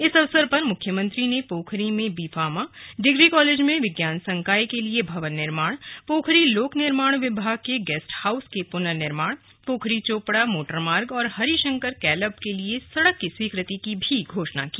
इस अवसर पर मुख्यमंत्री ने पोखरी में बी फार्मा डिग्री कॉलेज में विज्ञान संकाय के लिए भवन निर्माण पोखरी लोक निर्माण विभाग के गेस्ट हाउस के पुनर्निर्माण पोखरी चोपड़ा मोटरमार्ग और हरिशंकर कैलब के लिए सड़क की स्वीकृति की घोषणा भी की